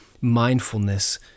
mindfulness